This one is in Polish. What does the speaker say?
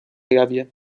jawie